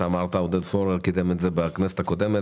עודד פורר קידם את זה בכנסת הקודמת